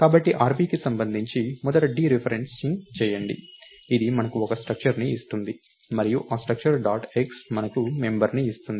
కాబట్టి rpకి సంబంధించి మొదట డీ రెఫరెన్సింగ్ చేయండి అది మనకు ఒక స్ట్రక్టర్ ని ఇస్తుంది మరియు ఆ స్ట్రక్టర్ డాట్ x మనకు మెంబర్ ని ఇస్తుంది